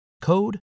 code